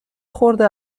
خورده